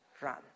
Run